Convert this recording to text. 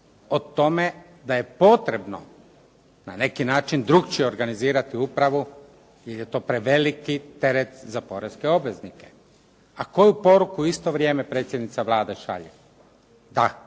O tome da je potrebno na neki način drukčije organizirati upravu jer je to preveliki teret za porezne obveznike, a koju poruku u isto vrijeme predsjednica Vlade šalje? Da,